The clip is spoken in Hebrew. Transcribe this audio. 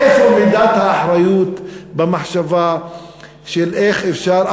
איפה מידת האחריות במחשבה של איך אפשר,